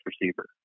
receiver